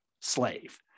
slave